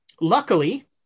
Luckily